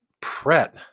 pret